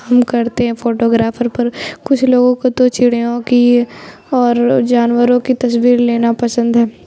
ہم کرتے ہیں فوٹوگرافر پر کچھ لوگوں کو تو چڑیوں کی اور جانوروں کی تصویر لینا پسند ہے